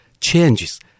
changes